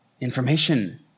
information